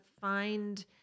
find